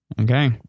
Okay